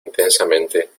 intensamente